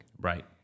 Right